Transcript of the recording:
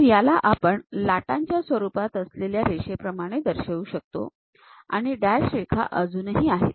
तर याला आपण लाटांच्या स्वरूपात असलेल्या रेषेप्रमाणे दर्शवू शकतो आणि डॅश रेखा अजूनही आहेत